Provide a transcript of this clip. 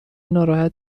ناراحت